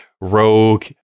rogue